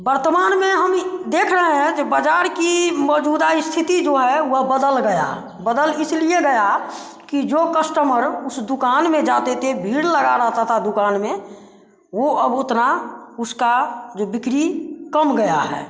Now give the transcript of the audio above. वर्तमान में हम देख रहे हैं जो बाजार की मौजूदा स्थिति जो है वह बदल गया बदल इसलिए गया कि जो कस्टमर उस दुकान में जाते थे भीड़ लगा रहता था दुकान में वह अब उतना उसका जो बिक्री कम गया है